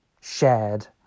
shared